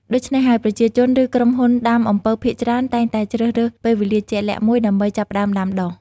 ដូច្នេះហើយ ប្រជាជន ឬក្រុមហ៊ុនដាំអំពៅភាគច្រើនតែងតែជ្រើសរើសពេលវេលាជាក់លាក់មួយដើម្បីចាប់ផ្តើមដាំដុះ។